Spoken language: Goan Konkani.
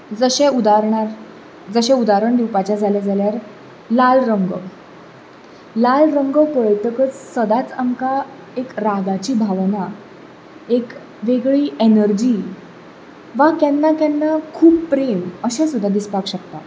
जशें उदारणा जशें उदारण दिवपाचें जालें जाल्यार लाल रंग लाल रंग पळयतकच सदांच आमकां एक रागाची भावना एक वेगळी एनर्जी वा केन्ना केन्ना खूब प्रेम अशें सुद्दां दिसपाक शकता